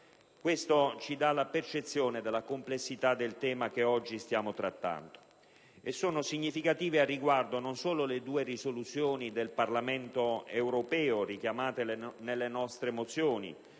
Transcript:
Questo ci dà la percezione della complessità del tema che oggi stiamo trattando. Sono significative al riguardo non solo le due risoluzioni del Parlamento europeo, richiamate nelle nostre mozioni,